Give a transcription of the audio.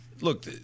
Look